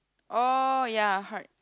oh ya correct